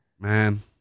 Man